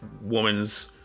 woman's